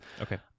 Okay